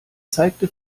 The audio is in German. zeigte